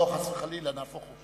לא, חס וחלילה, נהפוך הוא.